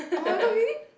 oh you got unit